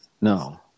No